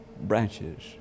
branches